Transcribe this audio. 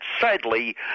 sadly